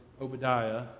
Obadiah